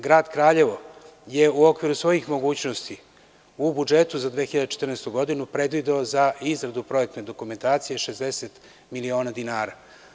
Grad Kraljevo je u okviru svojih mogućnosti u budžetu za 2014. godinu predvideo za izradu projektne dokumentacije 60 miliona dinara.